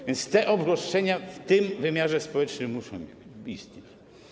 A więc te obostrzenia w tym wymiarze społecznym muszą istnieć.